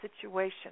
situation